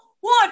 One